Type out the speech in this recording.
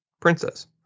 princess